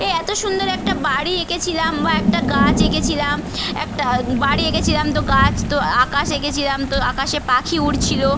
এ এত সুন্দর একটা বাড়ি এঁকেছিলাম বা একটা গাছ এঁকেছিলাম একটা বাড়ি এঁকেছিলাম তো গাছ তো আকাশ এঁকেছিলাম তো আকাশে পাখি উড়ছিল